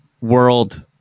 world